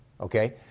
okay